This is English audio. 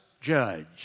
judge